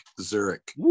Zurich